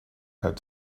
had